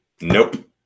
Nope